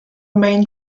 main